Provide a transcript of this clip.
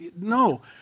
No